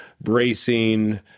bracing